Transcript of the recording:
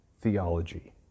theology